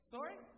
Sorry